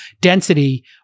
density